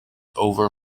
over